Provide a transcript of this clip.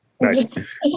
Nice